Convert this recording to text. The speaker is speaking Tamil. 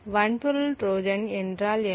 வன்பொருள் ட்ரோஜன் என்றால் என்ன